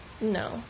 No